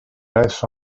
less